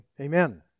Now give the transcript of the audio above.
Amen